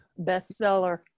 bestseller